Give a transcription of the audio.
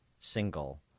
single